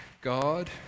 God